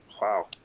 Wow